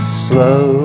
slow